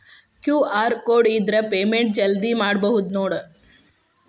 QR code ಇದ್ರ payment ಜಲ್ದಿ ಮಾಡಬಹುದು ನೋಡ್